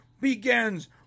begins